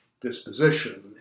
disposition